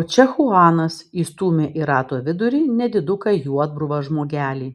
o čia chuanas įstūmė į rato vidurį nediduką juodbruvą žmogelį